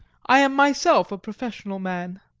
i am myself a professional man.